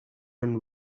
and